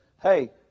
Hey